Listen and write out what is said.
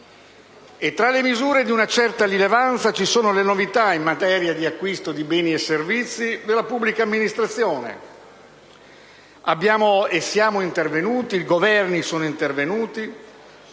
E tra le misure di una certa rilevanza ci sono le novità in materia di acquisto di beni e servizi della pubblica amministrazione. Siamo intervenuti, i Governi sono intervenuti,